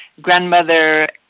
grandmother